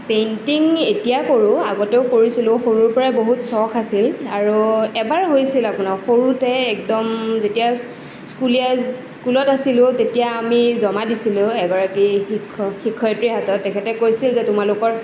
painting এতিয়াও কৰোঁ আগতেও কৰিছিলোঁ সৰুৰ পৰাই বহুত চখ আছিল এবাৰ হৈছিল আপোনাৰ সৰুতে একদম স্কুলীয়া আছিলোঁ তেতিয়া আমি জমা দিছিলোঁ এগৰাকী শিক্ষক শিক্ষয়ত্ৰীৰ হাতত তেখেতে কৈছিল যে তোমালোকৰ